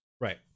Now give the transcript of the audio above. Right